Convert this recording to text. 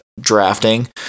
drafting